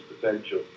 potential